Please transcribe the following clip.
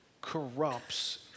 corrupts